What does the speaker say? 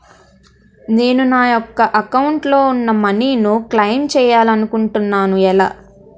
నేను నా యెక్క అకౌంట్ లో ఉన్న మనీ ను క్లైమ్ చేయాలనుకుంటున్నా ఎలా?